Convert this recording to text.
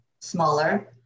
smaller